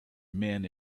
men